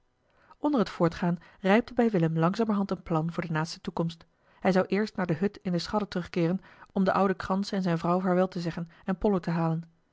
onder het voortgaan rijpte bij willem langzamerhand een plan voor de naaste toekomst hij zou eerst naar de hut in de schadden terugkeeren om den ouden kranse en zijne vrouw vaarwel te zeggen en pollo te halen